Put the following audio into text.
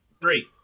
Three